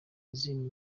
izindi